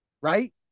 right